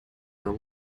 are